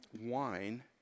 wine